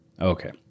Okay